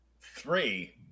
three